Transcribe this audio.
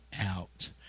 out